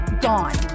gone